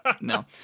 no